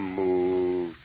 move